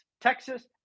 Texas